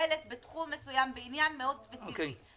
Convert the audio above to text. שפועלת בתחום מסוים בעניין מאוד ספציפי.